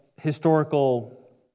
historical